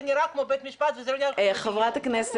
זה נראה כמו בית משפט וזה לא --- חברת הכנסת